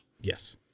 Yes